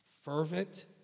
fervent